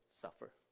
suffer